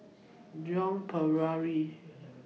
Joan Pereira